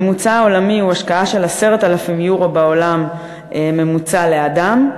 הממוצע העולמי הוא השקעה של 10,000 יורו בממוצע לאדם,